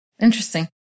Interesting